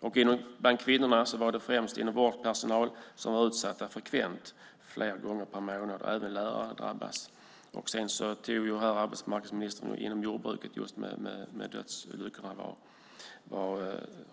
per månad. Bland kvinnor är främst vårdpersonal frekvent, flera gånger per månad, en utsatt grupp. Även lärare drabbas. Arbetsmarknadsministern nämnde jordbruket som en sektor som är